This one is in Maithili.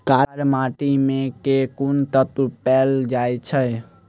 कार्य माटि मे केँ कुन तत्व पैल जाय छै?